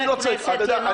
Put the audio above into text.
אתה יודע,